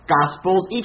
gospels